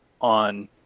on